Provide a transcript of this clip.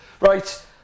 Right